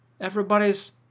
Everybody's